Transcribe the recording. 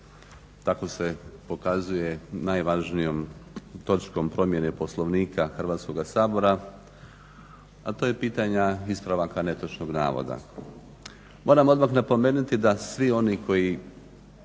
kako se pokazuje najvažnijom točkom promjene Poslovnika Hrvatskog sabora, a to je pitanje ispravaka netočnog navoda. Moram odmah napomenuti da svi oni koji